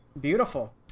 Beautiful